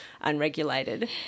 unregulated